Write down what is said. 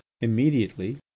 immediately